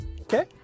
Okay